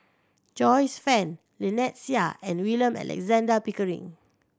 Joyce Fan Lynnette Seah and William Alexander Pickering